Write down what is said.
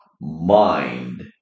mind